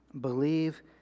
believe